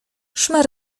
szmer